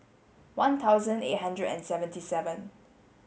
one thousand eight hundred and seventy seven